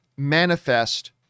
manifest